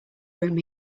room